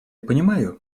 понимаю